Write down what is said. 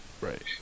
Right